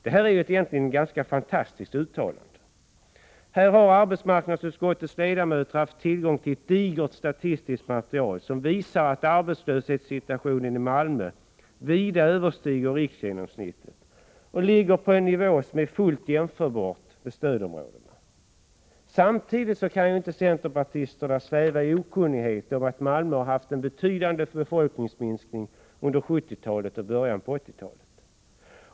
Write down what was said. Det är egentligen ett ganska fantastiskt uttalande. Arbetsmarknadsutskottets ledamöter har haft tillgång till ett digert statistiskt material som visar att arbetslösheten i Malmö vida överstiger riksgenomsnittet och ligger på en nivå som är fullt jämförbar med arbetslösheten i stödområdet. Centerpartisterna kan inte heller sväva i okunnighet om att Malmö har haft en betydande befolkningsminskning under 1970-talet och början av 1980-talet.